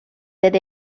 that